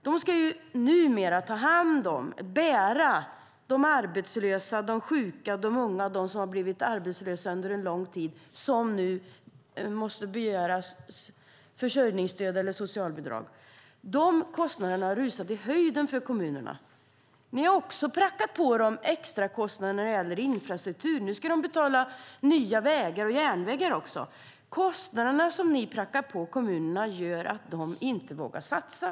De ska numera ta hand om och bära de arbetslösa, de sjuka, de unga och de långtidsarbetslösa, som nu måste begära försörjningsstöd eller socialbidrag. De kostnaderna har rusat i höjden för kommunerna. Ni har också prackat på dem extrakostnader när det gäller infrastruktur. Nu ska de betala nya vägar och järnvägar också. De kostnader som ni prackar på kommunerna gör att de inte vågar satsa.